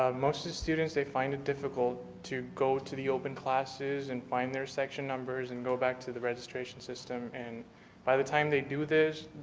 um most of the students they find it difficult to go to the open classes and find their section numbers and go back to the registration system and by the time they do this,